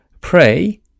pray